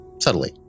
subtly